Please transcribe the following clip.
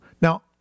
Now